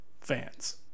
fans